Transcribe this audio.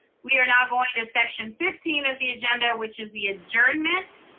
we are now going to section fifteen of the agenda, which is the adjournment.